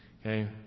Okay